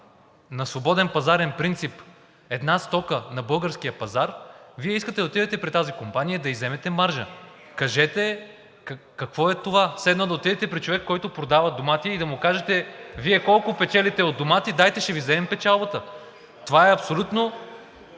на свободен пазарен принцип една стока на българския пазар, Вие искате да отидете при тази компания да ѝ вземете маржа. Кажете какво е това? Все едно да отидете при човек, който продава домати, и да му кажете: Вие колко печелите от домати, дайте ще Ви вземем печалбата?! Това е абсолютно…